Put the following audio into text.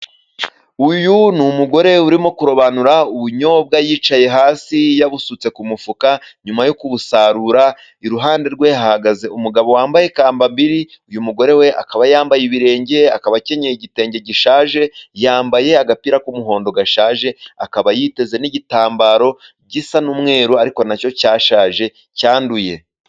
Uyu ni umugore urimo kurobanura ubunyobwa yicaye hasi yabusutse ku mufuka nyuma yo kubusarura iruhande rwe hahagaze umugabo wambaye kambambili uyu mugore we akaba yambaye ibirenge akaba akenyeye igitenge gishaje yambaye agapira k'umuhondo gashaje akaba yiteze n'igitambaro gisa n'umweru ariko nacyo cyashaje cyanduye.